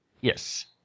Yes